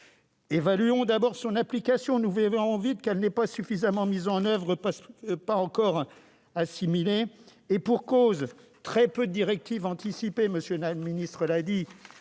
Évaluons d'abord son application. Nous verrons vite qu'elle n'est pas suffisamment mise en oeuvre, parce que pas encore assimilée, et pour cause ! Il y a très peu de directives anticipées ; M. le ministre l'a